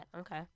Okay